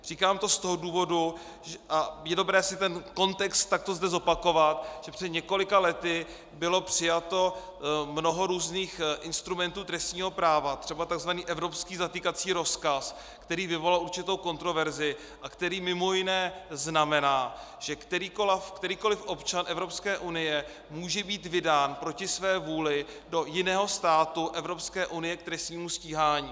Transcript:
Říkám to z toho důvodu je dobré si ten kontext takto zde zopakovat , že před několika lety bylo přijato mnoho různých instrumentů trestního práva, třeba takzvaný evropský zatýkací rozkaz, který vyvolal určitou kontroverzi a který mimo jiné znamená, že kterýkoliv občan Evropské unie může být vydán proti své vůli do jiného státu Evropské unie k trestnímu stíhání.